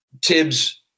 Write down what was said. Tibbs